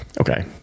Okay